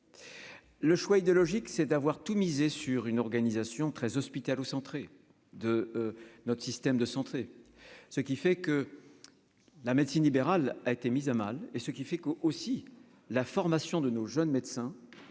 Le choix idéologique c'est d'avoir tout misé sur une organisation très hospitalo-centrée de notre système de santé, ce qui fait que la médecine libérale, a été mise à mal et ce qui fait qu'aussi la formation de nos jeunes médecins